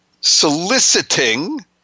soliciting